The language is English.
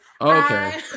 okay